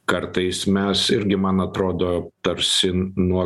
kartais mes irgi man atrodo tarsi nuo